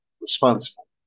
responsible